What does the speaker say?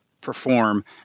perform